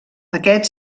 aquest